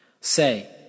Say